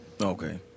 okay